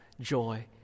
joy